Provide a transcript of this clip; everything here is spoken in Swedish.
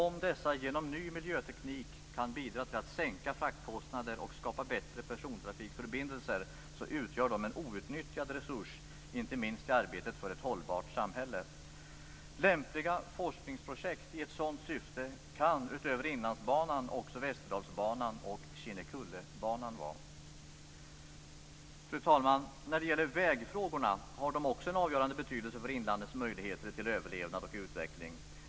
Om dessa genom ny miljöteknik kan bidra till att sänka fraktkostnader och skapa bättre persontrafiksförbindelser utgör de en outnyttjad resurs, inte minst i arbetet för ett hållbart samhälle. Lämpliga forskningsprojekt i ett sådant syfte kan utöver Inlandsbanan också Västerdalsbanan och Kinnekullebanan vara. Fru talman! Vägfrågorna har också en avgörande betydelse för inlandets möjligheter till överlevnad och utveckling.